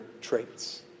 traits